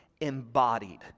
embodied